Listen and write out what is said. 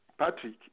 Patrick